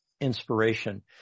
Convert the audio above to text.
Inspiration